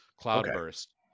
Cloudburst